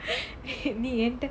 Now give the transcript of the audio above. நீ:nee